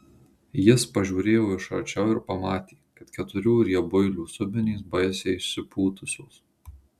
jis pažiūrėjo iš arčiau ir pamatė kad keturių riebuilių subinės baisiai išsipūtusios